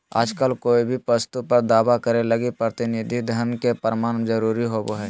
आजकल कोय भी वस्तु पर दावा करे लगी प्रतिनिधि धन के प्रमाण जरूरी होवो हय